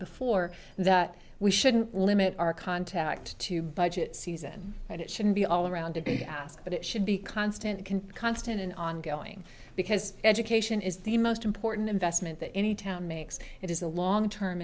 before that we shouldn't limit our contact to budget season and it should be all around to ask but it should be constant can constant and ongoing because education is the most important investment that any town makes it is a long term